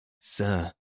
Sir